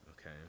okay